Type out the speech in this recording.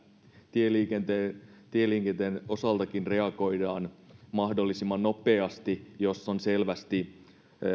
tieliikenteen tieliikenteen osaltakin reagoidaan mahdollisimman nopeasti jos on selvästi